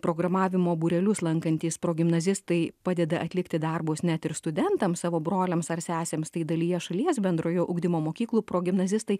programavimo būrelius lankantys progimnazistai padeda atlikti darbus net ir studentam savo broliams ar sesėms tai dalyje šalies bendrojo ugdymo mokyklų progimnazistai